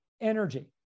energy